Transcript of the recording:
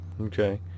Okay